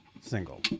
single